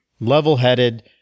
level-headed